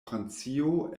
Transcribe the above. francio